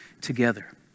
together